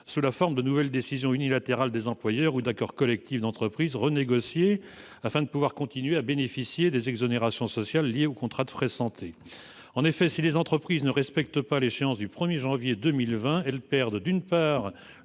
sous la forme de nouvelles décisions unilatérales des employeurs ou d'accords collectifs d'entreprise renégociés, afin de pouvoir continuer à bénéficier des exonérations sociales liées aux contrats de frais de santé. En effet, si les entreprises ne respectent pas l'échéance du 1 janvier 2020, elles perdent, d'une part,